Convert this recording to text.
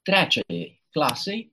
trečiajai klasei